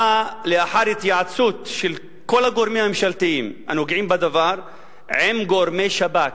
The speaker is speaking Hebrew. באה לאחר התייעצות של כל הגורמים הממשלתיים הנוגעים בדבר עם גורמי שב"כ.